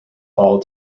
fall